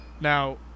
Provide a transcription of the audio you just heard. Now